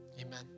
Amen